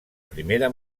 primera